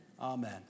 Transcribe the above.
Amen